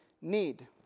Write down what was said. need